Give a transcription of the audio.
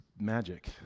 magic